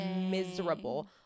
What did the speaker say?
miserable